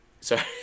Sorry